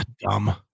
Dumb